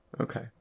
Okay